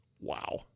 Wow